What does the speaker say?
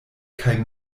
kaj